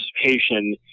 participation